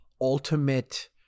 ultimate